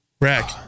Rack